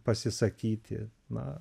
pasisakyti na